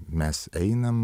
mes einam